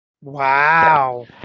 wow